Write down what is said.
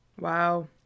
Wow